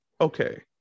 Okay